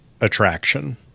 attraction